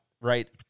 right